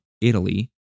Italy